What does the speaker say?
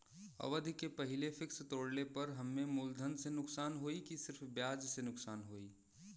अवधि के पहिले फिक्स तोड़ले पर हम्मे मुलधन से नुकसान होयी की सिर्फ ब्याज से नुकसान होयी?